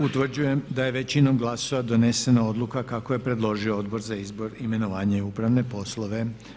Utvrđujem da je većinom glasova donesena odluka kako je predložio Odbor za izbor, imenovanje i upravne poslove.